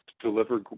deliver